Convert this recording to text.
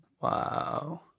wow